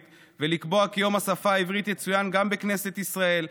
ולקבוע כי יום השפה העברית יצוין גם בכנסת ישראל,